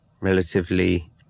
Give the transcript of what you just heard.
relatively